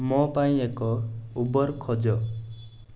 ମୋ ପାଇଁ ଏକ ଉବର୍ ଖୋଜ